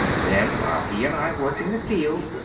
then, while he and i work in the field,